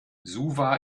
suva